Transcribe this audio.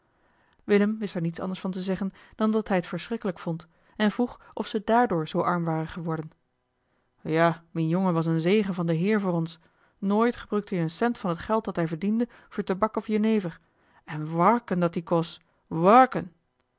wist er niets anders van te zeggen dan dat hij het verschrikkelijk vond en vroeg of ze daardoor zoo arm waren geworden ja mien jongen was een zegen van den heer voor ons nooit gebruukte hij een cent van het geld dat hij verdiende veur tabak of jenever en warken dat hie kos warken